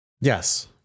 Yes